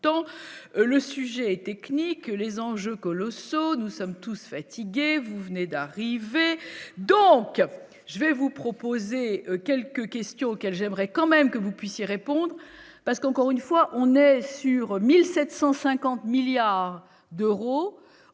le sujet est technique, les enjeux colossaux, nous sommes tous fatigués, vous venez d'arriver : donc je vais vous proposer quelques questions auxquelles j'aimerais quand même que vous puissiez répondre parce qu'encore une fois, on est sur 1750 milliards d'euros,